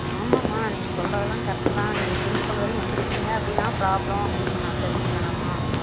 ஆமாம்மா நீங்கள் சொல்லுறதெல்லாம் கரெட்டு தான் நீங்கள் பிரின்சிபல் வரைக்கும் வந்துருக்கிங்க அப்படின்னா ப்ராப்ளம் அப்படின்னு நான் தெரிஞ்சிக்க வேணாமா